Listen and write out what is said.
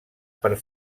per